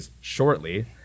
shortly